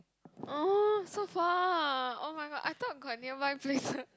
oh so sad oh-my-god I thought got nearby places